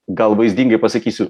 gal vaizdingai pasakysiu